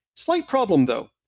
slight problem, though.